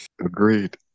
Agreed